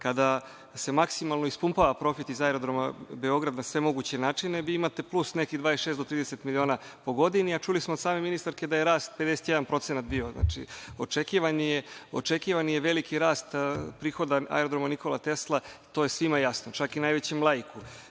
kada se maksimalno ispumpava profit iz Aerodroma „Beograd“ na sve moguće načine, vi imate plus nekih 26 do 30 miliona po godini, a čuli smo od ministarke da je rast 51% bio. Znači, očekivan je veliki rast prihoda na Aerodromu „Nikola Tesla“, to je svima jasno, čak i najveće laiku